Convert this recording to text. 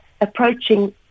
approaching